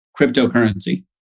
cryptocurrency